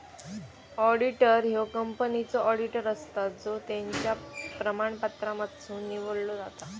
auditor ह्यो कंपनीचो auditor असता जो त्याच्या प्रमाणपत्रांमधसुन निवडलो जाता